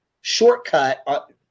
shortcut